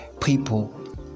people